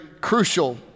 crucial